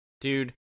dude